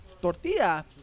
tortilla